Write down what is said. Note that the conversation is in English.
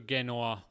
Genoa